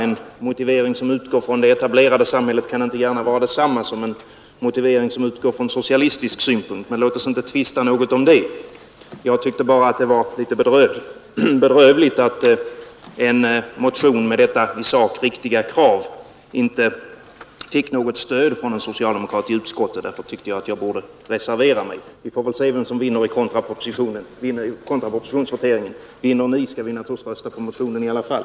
En motivering som utgår från det etablerade samhället kan inte gärna vara densamma som en motivering som utgår från socialistisk synpunkt. Men låt oss inte tvista om det. Jag tyckte bara det var litet bedrövligt att en motion med detta i sak riktiga krav inte fick något stöd från en socialdemokrat i utskottet; därför tyckte jag att jag borde reservera mig. Vi får väl se vem som vinner i voteringen om kontraproposition. Vinner ni skall vi naturligtvis rösta på motionen i alla fall.